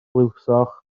glywsoch